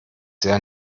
sehr